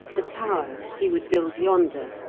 the tower he would build yonder,